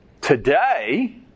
Today